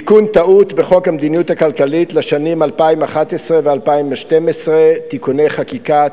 תיקון טעות בחוק המדיניות הכלכלית לשנים 2011 ו-2012 (תיקוני חקיקה),